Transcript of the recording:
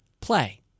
Play